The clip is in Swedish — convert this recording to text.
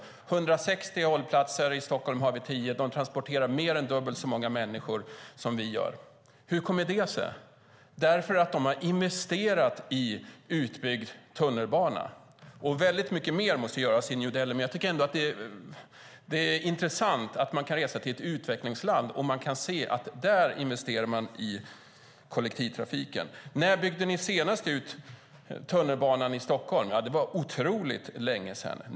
Man har 160 hållplatser - i Stockholm har vi 100 - och transporterar mer än dubbelt så många människor som vi. Hur kommer det sig? Jo, de har investerat i utbyggd tunnelbana. Väldigt mycket mer måste göras i New Delhi, men det är ändå intressant att man kan resa till ett utvecklingsland och se att man där investerar i kollektivtrafiken. När byggde ni senast ut tunnelbanan i Stockholm? Det var otroligt länge sedan.